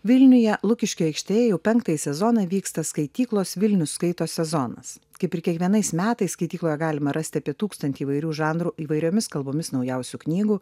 vilniuje lukiškių aikštėje jau penktąjį sezoną vyksta skaityklos vilnius skaito sezonas kaip ir kiekvienais metais skaitykloje galima rasti apie tūkstantį įvairių žanrų įvairiomis kalbomis naujausių knygų